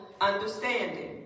understanding